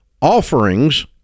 offerings –